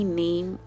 name